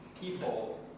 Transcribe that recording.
people